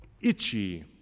itchy